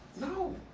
No